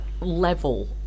level